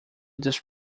this